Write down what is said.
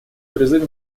призыв